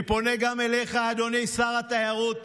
אני פונה גם אליך, אדוני שר התיירות.